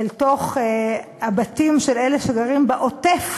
אל תוך הבתים של אלה שגרים ב"עוטף"